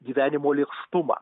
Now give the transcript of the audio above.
gyvenimo lėkštumą